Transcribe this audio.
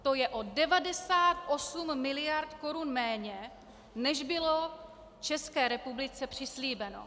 To je o 98 mld. korun méně, než bylo České republice přislíbeno.